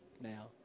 now